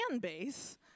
base